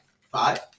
Five